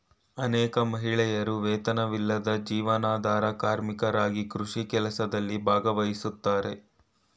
ಅನೇಕ ಮಹಿಳೆಯರು ವೇತನವಿಲ್ಲದ ಜೀವನಾಧಾರ ಕಾರ್ಮಿಕರಾಗಿ ಕೃಷಿ ಕೆಲಸದಲ್ಲಿ ಭಾಗವಹಿಸ್ತಾರೆ